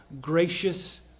gracious